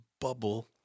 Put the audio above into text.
bubble